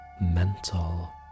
mental